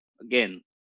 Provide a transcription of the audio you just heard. Again